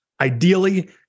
Ideally